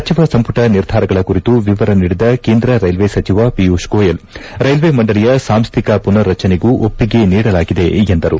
ಸಚಿವ ಸಂಪುಟ ನಿರ್ಧಾರಗಳ ಕುರಿತು ವಿವರ ನೀಡಿದ ಕೇಂದ್ರ ಕೈಲ್ವೆ ಸಚಿವ ಪಿಯೂಷ್ ಗೋಯಲ್ ರೈಲ್ವೆ ಮಂಡಳಿಯ ಸಾಂಸ್ಟಿಕ ಪುನರ್ ರಚನೆಗೂ ಒಪ್ಪಿಗೆ ನೀಡಲಾಗಿದೆ ಎಂದರು